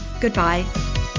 Goodbye